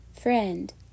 friend